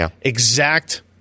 exact